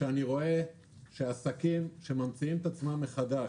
שאני רואה שעסקים שממציאים את עצמם מחדש